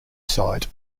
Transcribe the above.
site